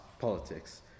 politics